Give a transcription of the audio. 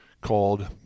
called